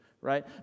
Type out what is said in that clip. right